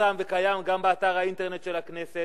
שפורסם וקיים גם באתר האינטרנט של הכנסת,